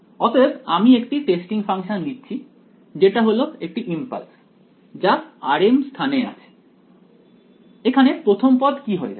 অতএব আমি একটি টেস্টিং ফাংশন নিচ্ছি যেটা হলো একটি ইমপালস যা rm স্থানে আছে এখানে প্রথম পদ কি হয়ে যাবে